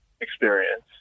experience